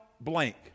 blank